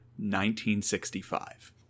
1965